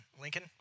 Lincoln